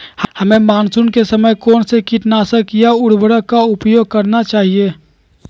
हमें मानसून के समय कौन से किटनाशक या उर्वरक का उपयोग करना चाहिए?